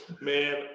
Man